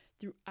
throughout